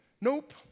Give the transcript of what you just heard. Nope